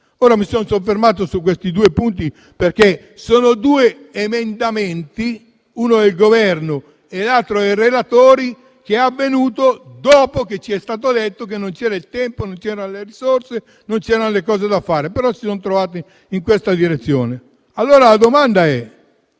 Mi sono soffermato su questi due punti, perché sono due emendamenti, uno del Governo e l'altro dei relatori, che sono stati presentati dopo che ci è stato detto che non c'era il tempo, non c'erano le risorse e non c'erano cose da fare. Però si sono trovate le risorse in questa direzione. Allora la domanda è: